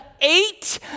eight